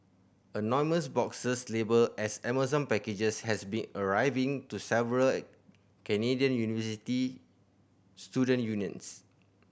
anonymous boxes labelled as Amazon packages has been arriving to several Canadian university student unions